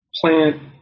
plant